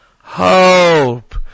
hope